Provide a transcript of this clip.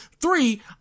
Three